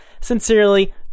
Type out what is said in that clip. Sincerely